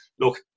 look